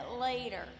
later